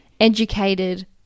educated